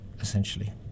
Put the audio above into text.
essentially